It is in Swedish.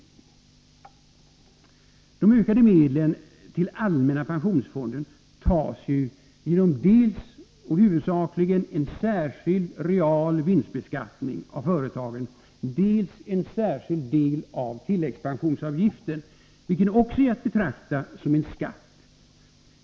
De ökade medlen till allmänna pensionsfonden tas in dels och huvudsakligen genom en särskild, real vinstbeskattning av företagen, dels genom en särskild del av tilläggspensionsavgiften, vilken också är att betrakta som en skatt.